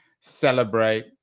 celebrate